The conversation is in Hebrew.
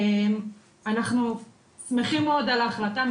אנחנו שמחים מאוד על ההחלטה.